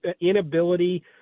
inability